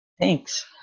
Thanks